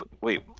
wait